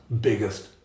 biggest